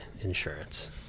insurance